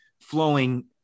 flowing